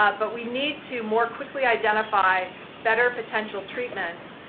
ah but we need to more quickly identify better potential treatments,